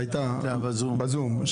הייתה בזום.